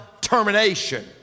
termination